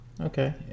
Okay